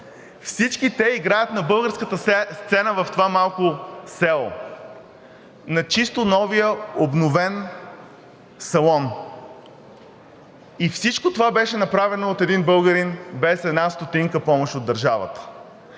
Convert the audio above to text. всички те играят на българската сцена в това малко село на чисто новия обновен салон. Всичко това беше направено от един българин, без една стотинка помощ от държавата.